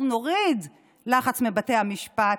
אנחנו נוריד לחץ מבתי המשפט,